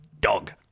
dog